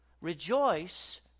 Rejoice